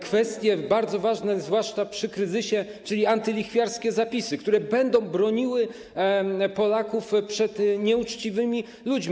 Kwestie bardzo ważne zwłaszcza przy kryzysie, czyli antylichwiarskie zapisy, które będą broniły Polaków przed nieuczciwymi ludźmi.